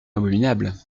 abominable